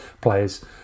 players